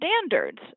standards